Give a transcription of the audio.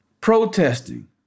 protesting